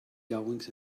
goings